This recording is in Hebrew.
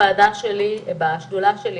עברתי ועדה מקצועית לרצף טיפול בחולות סרטן